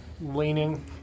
leaning